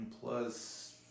plus